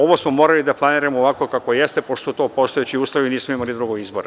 Ovo smo morali da planiramo ovako kako jeste, pošto su to postojeći uslovi nismo imali drugog izbora.